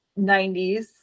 90s